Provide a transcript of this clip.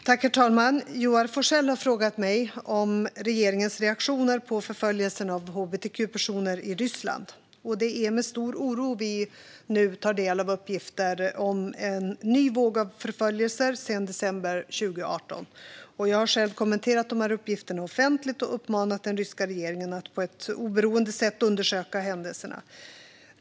Herr talman! Joar Forssell har frågat mig om regeringens reaktioner på förföljelserna av hbtq-personer i Ryssland. Det är med stor oro vi nu tar del av uppgifter om en ny våg av förföljelser sedan december 2018. Jag har själv kommenterat uppgifterna offentligt och uppmanat den ryska regeringen att på ett oberoende sätt undersöka händelserna.